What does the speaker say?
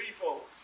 people